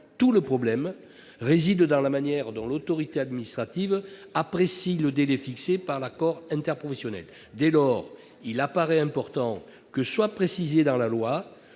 tout le problème réside dans la manière dont l'autorité administrative apprécie le délai fixé par l'accord interprofessionnel. Dès lors, il apparaît important que soit précisé dans la loi